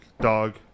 dog